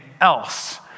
else